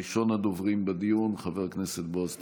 ראשון הדוברים בדיון, חבר הכנסת בועז טופורובסקי.